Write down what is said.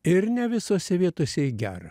ir ne visose vietose į gerą